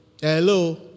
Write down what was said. Hello